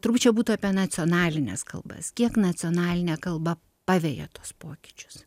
turbūt čia būtų apie nacionalines kalbas kiek nacionalinė kalba paveja tuos pokyčius